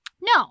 No